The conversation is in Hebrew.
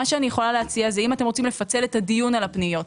אם אתם רוצים לפצל את הדיון על הפניות,